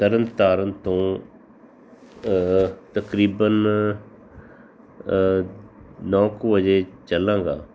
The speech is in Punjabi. ਤਰਨ ਤਾਰਨ ਤੋਂ ਤਕਰੀਬਨ ਨੌਂ ਕੁ ਵਜੇ ਚੱਲਾਂਗਾ